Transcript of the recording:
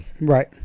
Right